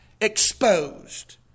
exposed